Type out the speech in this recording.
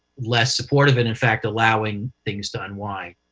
less supportive and in fact allowing things to unwind.